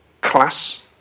class